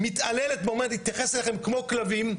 מתעללת ואומרת: אני אתייחס אליכם כמו כלבים.